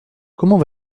comment